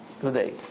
today